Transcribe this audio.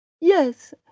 Yes